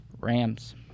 Rams